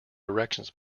directions